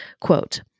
Quote